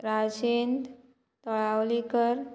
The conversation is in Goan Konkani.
राजेंद तळावलीकर